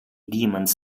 demons